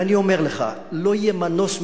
ואני אומר לך: לא יהיה מנוס מזה,